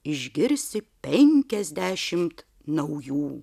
išgirsi penkiasdešimt naujų